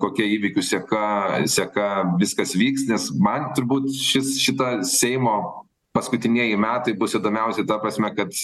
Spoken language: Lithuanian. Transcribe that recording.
kokia įvykių seka seka viskas vyks nes man turbūt šis šita seimo paskutinieji metai bus įdomiausi ta prasme kad